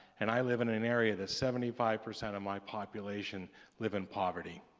and i live in in an area that seventy five percent of my population live in poverty.